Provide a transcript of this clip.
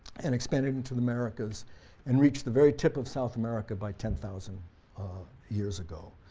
and expanded into the americas and reached the very tip of south america by ten thousand years ago.